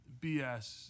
BS